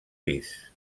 lis